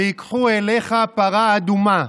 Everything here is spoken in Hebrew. ויקחו אליך פרה אדומה".